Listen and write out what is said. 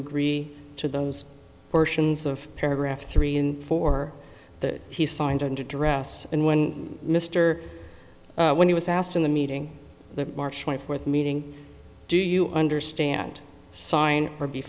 agree to those portions of paragraph three in four that he signed under duress and when mr when he was asked in the meeting the march twenty fourth meeting do you understand sign or be